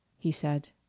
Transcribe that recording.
he said.